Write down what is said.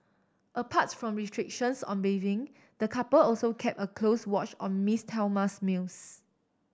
aparts from restrictions on bathing the couple also kept a close watch on Miss Thelma's meals